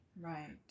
Right